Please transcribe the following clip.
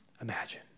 imagine